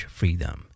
freedom